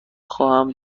خواهم